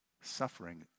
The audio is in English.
suffering